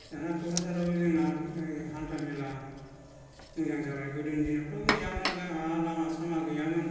दा क'क्राझाराव जोंना हान्था मेला मोजां जाबाय गोदोनि दिनावथ' गैयामोन लामा सामा गैयामोन